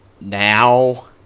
now